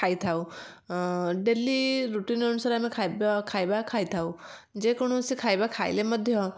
ଖାଇଥାଉ daily routine ଅନୁସାରେ ଆମେ ଖାଇବା ଖାଇଥାଉ ଯେକୌଣସି ଖାଇବା ଖାଇଲେ ମଧ୍ୟ